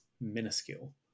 minuscule